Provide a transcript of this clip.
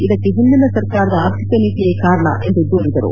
ಇದಕ್ಕೆ ಹಿಂದಿನ ಸರ್ಕಾರದ ಆರ್ಥಿಕ ನೀತಿಯೇ ಕಾರಣ ಎಂದು ದೂರಿದರು